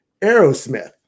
Aerosmith